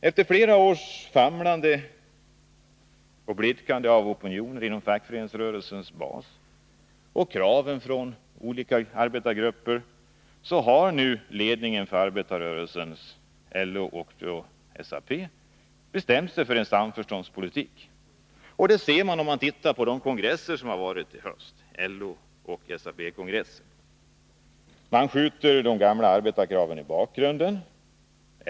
Efter flera års famlande och blidkande av opinioner hos fackföreningsrörelsens bas och kraven från olika arbetargrupper har nu ledningen för arbetarrörelsen, LO och SAP, bestämt sig för en samförståndspolitik. Det har vi kunnat se på de kongresser som hållits i höst — LO-kongressen och SAP-kongressen. Man skjuter de gamla arbetarkraven i bakgrunden.